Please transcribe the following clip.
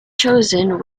chosen